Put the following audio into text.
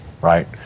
Right